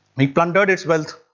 he plundered its wealth,